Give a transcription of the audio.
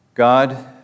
God